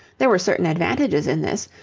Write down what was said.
there were certain advantages in this,